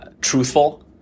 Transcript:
truthful